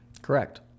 correct